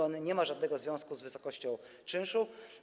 On nie ma żadnego związku z wysokością czynszu.